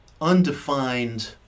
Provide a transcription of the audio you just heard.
undefined